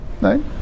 right